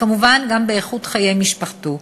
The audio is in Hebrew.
וכמובן גם באיכות חיי משפחתו.